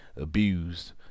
abused